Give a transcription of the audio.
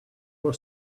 for